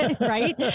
Right